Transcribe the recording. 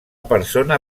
persona